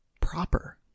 proper